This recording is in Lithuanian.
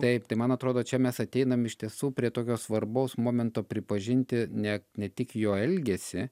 taip tai man atrodo čia mes ateinam iš tiesų prie tokio svarbaus momento pripažinti ne ne tik jo elgesį